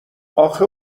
اخه